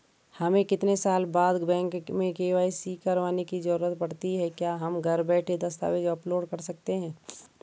हमें कितने साल बाद बैंक में के.वाई.सी करवाने की जरूरत पड़ती है क्या हम घर बैठे दस्तावेज़ अपलोड कर सकते हैं?